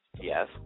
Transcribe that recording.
Yes